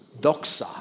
doxa